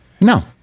No